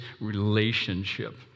relationship